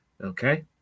Okay